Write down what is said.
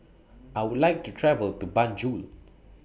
I Would like to travel to Banjul